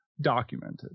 documented